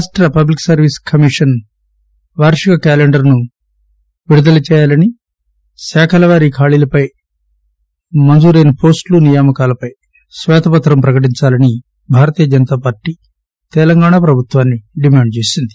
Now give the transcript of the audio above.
రాష్ట public service commission వార్షిక calendar ను విడుదల చేయాలని శాఖల వారీ ఖాళీలపైన మంజురైన పోస్టులు నియామకాల పైన స్వేతపత్రాన్ని ప్రకటించాలని భారతీయ జనతా పార్టీ తెలంగాణ ప్రభుత్వాన్ని డిమాండ్ చేసింది